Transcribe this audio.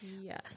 Yes